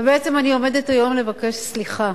ובעצם אני עומדת היום לבקש סליחה: